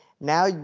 now